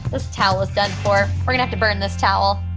this towel is done for. we're gonna have to burn this towel.